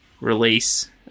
release